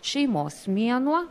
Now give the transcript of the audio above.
šeimos mėnuo